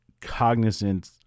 cognizant